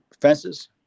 fences